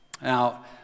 Now